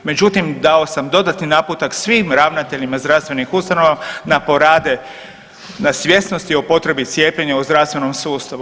Međutim, dao sam dodatni naputak svim ravnateljima zdravstvenih ustanova da porade na svjesnosti o potrebi cijepljenja u zdravstvenom sustavu.